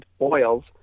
oils